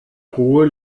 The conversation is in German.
ruhe